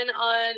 on